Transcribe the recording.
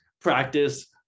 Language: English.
practice